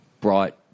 brought